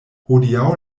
hodiaŭ